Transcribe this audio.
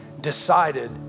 decided